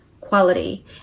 quality